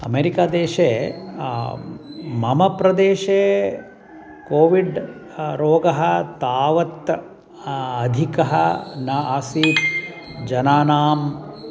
America देशे मम प्रदेशे कोविड् रोगः तावत् अधिकः न आसीत् जनानां